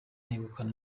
yegukana